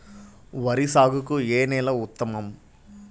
వరి సాగుకు ఏ నేల ఉత్తమం?